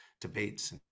debates